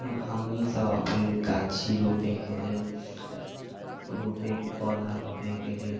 हम हमनी सब अपन गाछी रोपे के लेल रोपे के पौधा रोपे के लेल